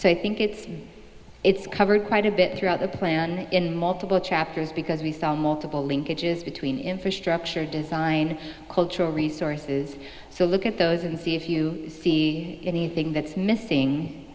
so i think it's it's covered quite a bit throughout the plan in multiple chapters because we found multiple linkages between infrastructure design and cultural resources so look at those and see if you see anything that's missing